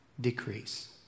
decrease